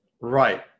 Right